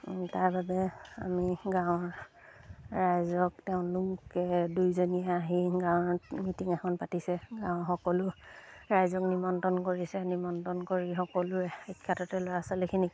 তাৰ বাবে আমি গাঁৱৰ ৰাইজক তেওঁলোকে দুয়োজনীয়ে আহি গাঁৱত মিটিং এখন পাতিছে গাঁৱৰ সকলো ৰাইজক নিমন্ত্ৰণ কৰিছে নিমন্ত্ৰণ কৰি সকলোৰে সুখ্যাততে ল'ৰা ছোৱালীখিনিক